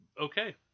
Okay